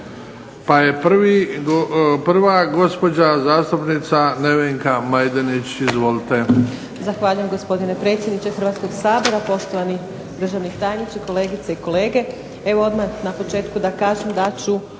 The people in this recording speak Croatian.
pa je prva gospođa zastupnica Nevenka Majdenić. Izvolite.